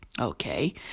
okay